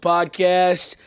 Podcast